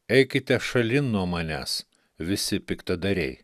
eikite šalin nuo manęs visi piktadariai